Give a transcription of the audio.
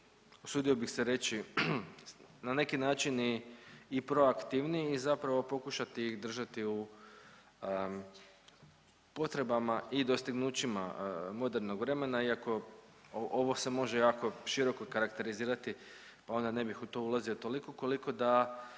usudio bih se reći na neki način i proaktivniji i zapravo pokušati ih držati u potrebama i dostignućima modernog vremena iako ovo se može jako široko karakterizirati, pa onda ne bih u to ulazio toliko koliko da